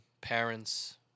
parents